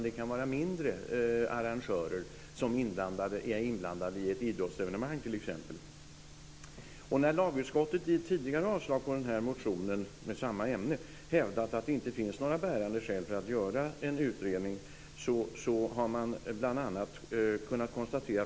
Det kan vara mindre arrangörer som är inblandade i ett idrottsevenemang t.ex. Lagutskottet hävdade i ett tidigare avslag på en motion i samma ämne att det inte fanns några bärande skäl för att göra en utredning.